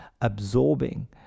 absorbing